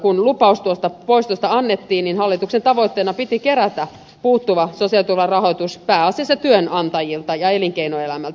kun lupaus tuosta poistosta annettiin niin hallituksen tavoitteena oli kerätä puuttuva sosiaaliturvan rahoitus pääasiassa työnantajilta ja elinkeinoelämältä